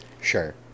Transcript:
sure